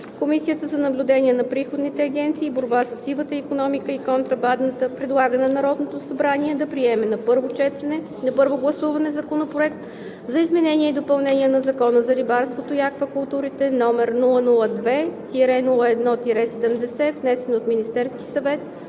Комисията за наблюдение на приходните агенции и борба със сивата икономика и контрабандата предлага на Народното събрание да приеме на първо гласуване Законопроект за изменение и допълнение на Закона за рибарството и аквакултурите, № 002-01-70, внесен от Министерския съвет